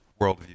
worldview